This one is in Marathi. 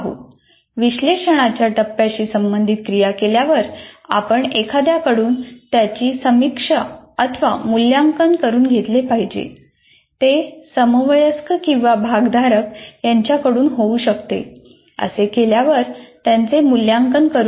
विश्लेषणाच्या टप्प्याशी संबंधित क्रिया केल्यावर आपण एखाद्या कडून त्याची समीक्षा अथवा मूल्यांकन करून घेतले पाहिजे ते समवयस्क किंवा भागधारक यांच्याकडून होऊ शकते असे केल्यावर त्याचे मूल्यांकन करून घ्या